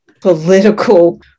political